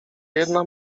jedna